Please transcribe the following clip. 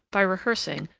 by rehearsing,